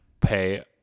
pay